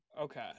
Okay